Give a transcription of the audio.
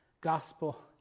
gospel